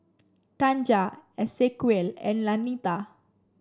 Tanja Esequiel and Lanita